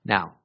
Now